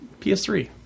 PS3